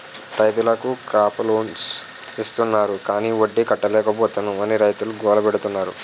రైతులకు crop loans ఇస్తాన్నారు గాని వడ్డీ కట్టలేపోతున్నాం అని రైతులు గోల పెడతన్నారు